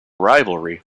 rivalry